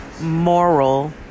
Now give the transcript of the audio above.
Moral